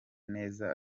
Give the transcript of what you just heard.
neza